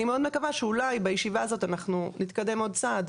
אני מאוד מקווה שאולי בישיבה הזו אנחנו נתקדם עוד צעד,